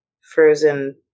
frozen